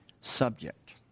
subject